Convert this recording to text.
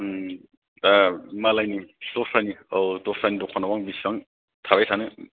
उम दा मालायनि दस्रानि औ दस्रानि दखानाव आं बिसिबां थाबाय थानो